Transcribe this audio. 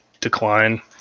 decline